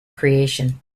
creation